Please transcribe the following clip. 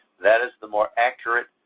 that is the more accurate,